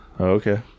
Okay